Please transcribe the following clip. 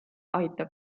aitab